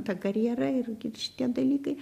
ta karjera ir gi šitie dalykai